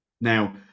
now